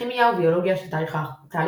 כימיה וביולוגיה של תהליך ההחמצה